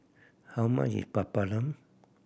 how much is Papadum